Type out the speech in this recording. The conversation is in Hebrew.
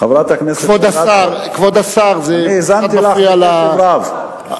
חברת הכנסת אדטו, אני האזנתי לך בקשב רב.